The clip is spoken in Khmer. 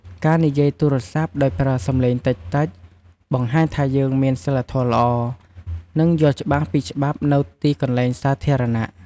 ការនិយាយទូរស័ព្ទដោយប្រើសំឡេងតិចៗ បង្ហាញថាយើងមានសីលធម៌ល្អ និងយល់ច្បាស់ពីច្បាប់នៅទីកន្លែងសាធារណៈ។